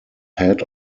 head